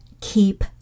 keep